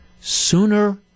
sooner